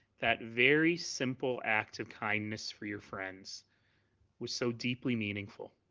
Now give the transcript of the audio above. that very simple act of kindness for your friends was so deeply meaningful.